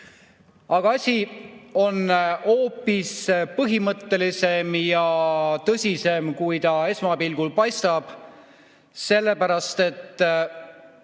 asi on hoopis põhimõttelisem ja tõsisem, kui ta esmapilgul paistab. Sellepärast, et